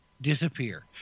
disappear